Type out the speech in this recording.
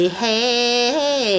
hey